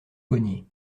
douaniers